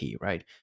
right